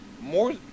More